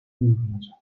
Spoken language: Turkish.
duyurulacak